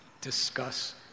discuss